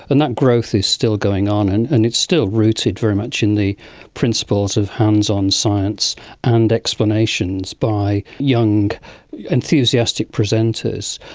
and that growth is still going on and and it's still rooted very much in the principles of hands-on science and explanations by young enthusiastic presenters.